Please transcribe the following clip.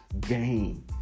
game